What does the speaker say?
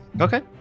Okay